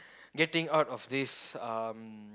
getting out of this um